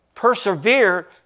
persevere